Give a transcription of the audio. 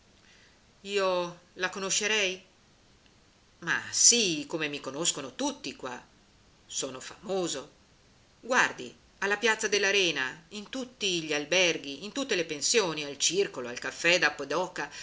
io la conoscerei ma sì come mi conoscono tutti qua sono famoso guardi alla piazza dell'arena in tutti gli alberghi in tutte le pensioni al circolo al caffè da pedoca